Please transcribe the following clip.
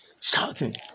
shouting